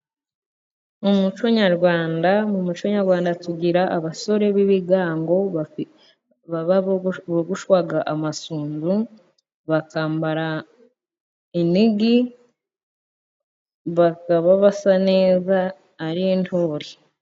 Mu muco nyarwanda, mu muco nyarwanda tugira abasore b'ibigango bogushwa amasunzu, bakambara inigi, bakaba basa neza, ari inturi.